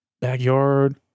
backyard